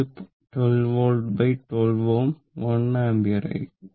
ഇത് 12 volt Ω 1 ampere ആയിരിക്കും